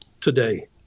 today